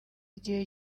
igihe